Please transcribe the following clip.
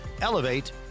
Elevate